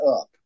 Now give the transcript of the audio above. up